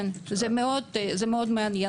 זה מאוד מעניין.